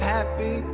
Happy